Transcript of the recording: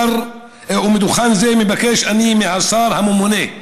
מדוכן זה מבקש אני מהשר הממונה,